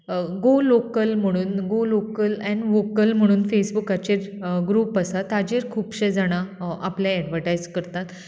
गो local म्हणून go local आनी vocal म्हणून फेसबुकाचेर ग्रुप आसा ताचेर खुबशे जाणा आपले एडवर्टायज करतात